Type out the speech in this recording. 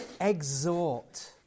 exhort